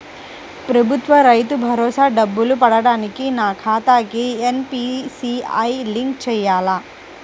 ప్రభుత్వ రైతు భరోసా డబ్బులు పడటానికి నా ఖాతాకి ఎన్.పీ.సి.ఐ లింక్ చేయాలా?